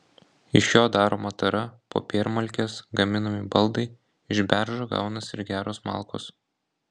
iš jo daroma tara popiermalkės gaminami baldai iš beržo gaunasi ir geros malkos